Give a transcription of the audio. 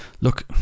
look